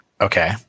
Okay